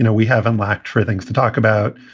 you know we haven't lacked for things to talk about.